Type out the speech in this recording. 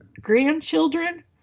grandchildren